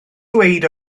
ddweud